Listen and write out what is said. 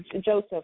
Joseph